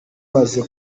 maze